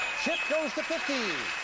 chip goes to fifty